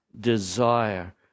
desire